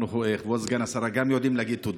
אנחנו, כבוד סגן השרה, גם יודעים להגיד תודה,